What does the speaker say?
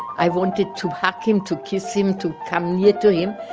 i wanted to hug him, to kiss him, to come near to him,